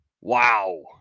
Wow